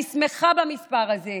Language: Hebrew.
אני שמחה במספר הזה,